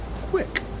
quick